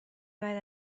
بعد